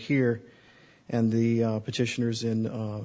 here and the petitioners in